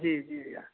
जी जी भैया